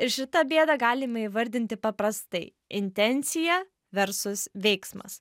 ir šitą bėdą galime įvardinti paprastai intencija versus veiksmas